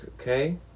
Okay